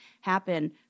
happen